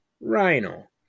Rhino